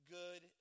good